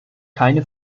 keine